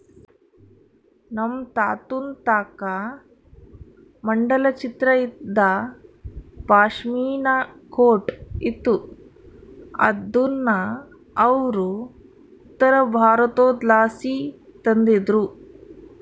ನಮ್ ತಾತುನ್ ತಾಕ ಮಂಡಲ ಚಿತ್ರ ಇದ್ದ ಪಾಶ್ಮಿನಾ ಕೋಟ್ ಇತ್ತು ಅದುನ್ನ ಅವ್ರು ಉತ್ತರಬಾರತುದ್ಲಾಸಿ ತಂದಿದ್ರು